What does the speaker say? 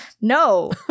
no